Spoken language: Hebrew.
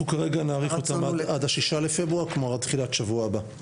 אנחנו כרגע נאריך אותן עד ה-6 בפברואר כלומר עד תחילת שבוע הבא.